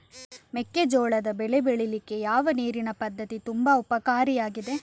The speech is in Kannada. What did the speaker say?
ಮೆಕ್ಕೆಜೋಳದ ಬೆಳೆ ಬೆಳೀಲಿಕ್ಕೆ ಯಾವ ನೀರಿನ ಪದ್ಧತಿ ತುಂಬಾ ಉಪಕಾರಿ ಆಗಿದೆ?